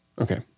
Okay